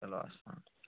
چلو